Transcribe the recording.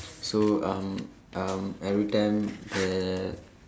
so um um everytime the